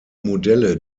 modelle